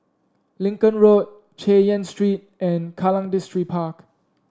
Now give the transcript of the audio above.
Lincoln Road Chay Yan Street and Kallang Distripark